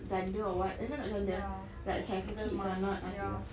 janda or what eh no not janda like have kids or not lah so